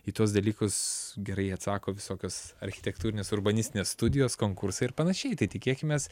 į tuos dalykus gerai atsako visokios architektūrinės urbanistinės studijos konkursai ir panašiai tai tikėkimės